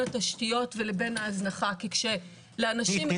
התשתיות ולבין ההזנחה כי כשלאנשים אין עתיד --- תני,